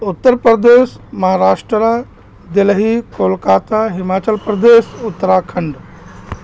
Uttar Pradesh Maharashtra Delhi Kolkata Himachal Pradesh Uttarakhand